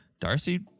Darcy